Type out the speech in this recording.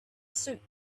suit